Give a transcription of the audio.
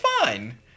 fine